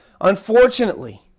unfortunately